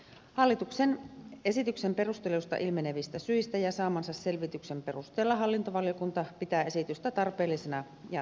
hallituksen esityksen perusteluista ilmenevistä syistä ja saamansa selvityksen perusteella hallintovaliokunta pitää esitystä tarpeellisena ja tarkoituksenmukaisena